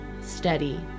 steady